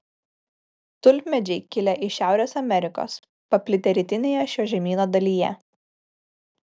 tulpmedžiai kilę iš šiaurės amerikos paplitę rytinėje šio žemyno dalyje